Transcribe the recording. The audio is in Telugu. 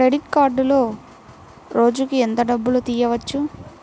క్రెడిట్ కార్డులో రోజుకు ఎంత డబ్బులు తీయవచ్చు?